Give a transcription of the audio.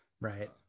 right